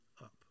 up